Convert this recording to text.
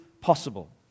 possible